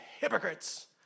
hypocrites